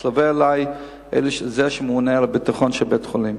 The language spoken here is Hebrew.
התלווה אלי הממונה על הביטחון של בית-החולים.